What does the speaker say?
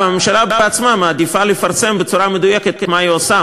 הממשלה מעדיפה לפרסם בעצמה בצורה מדויקת מה היא עושה,